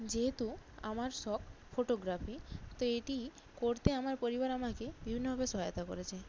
যেহেতু আমার শখ ফটোগ্রাফি তো এইটি করতে আমার পরিবার আমাকে বিভিন্নভাবে সহায়তা করেছে